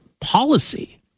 policy